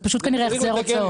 זה כנראה החזר הוצאות.